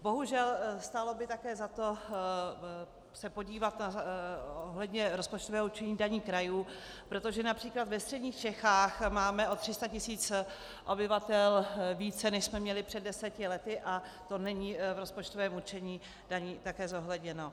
Bohužel, stálo by také za to se podívat ohledně rozpočtového určení krajů, protože například ve středních Čechách máme 300 tisíc obyvatel více, než jsme měli před deseti lety, a to není v rozpočtovém určení daní také zohledněno.